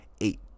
eight